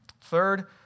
Third